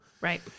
right